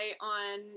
on